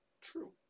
True